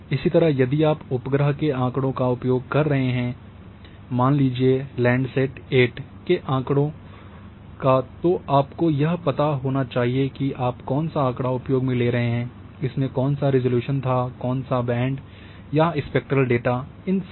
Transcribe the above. इसी तरह यदि आप उपग्रह के आँकड़ों का उपयोग कर रहे हैं मान लीजिए लैंडसैट एट के आँकड़े का तो आपको यह पता होना चाहिए कि आप कौन सा आँकड़ा उपयोग में ले रहे हैं इसमें कौन सा रिज़ॉल्यूशन थाकौन सा बैंड या स्पेक्ट्रल डेटा